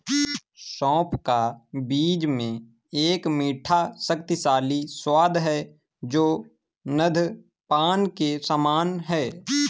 सौंफ का बीज में एक मीठा, शक्तिशाली स्वाद है जो नद्यपान के समान है